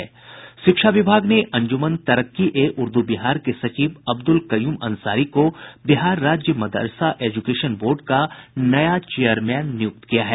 शिक्षा विभाग ने अंजुमन तरक्की ए उर्दू बिहार के सचिव अब्दुल कय्यूम अंसारी को बिहार राज्य मदरसा एजुकेशन बोर्ड का नया चेयरमैन नियुक्त किया है